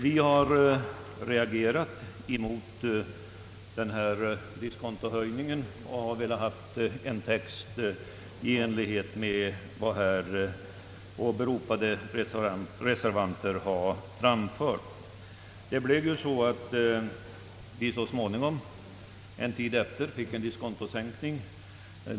Vi har reagerat mot denna diskontohöjning och har velat ha en skrivning i enlighet med vad de av mig åberopade reservanterna föreslagit. Vi fick sedan så småningom en diskontosänkning.